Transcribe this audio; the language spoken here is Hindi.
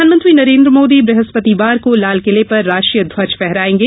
प्रधानमंत्री नरेन्द्र मोदी बृहस्पतिवार को लालकिले पर राष्ट्रीय ध्वज फहराएंगे